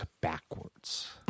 backwards